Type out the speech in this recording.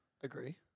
Agree